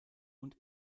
und